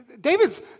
David's